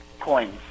coins